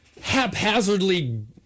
haphazardly